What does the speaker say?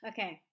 Okay